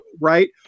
right